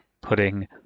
putting